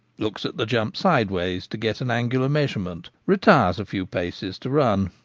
looks at the jump sideways to get an angular measurement, retires a few paces to run,